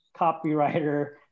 copywriter